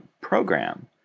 program